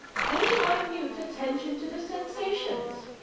pay minute attention to the sensations.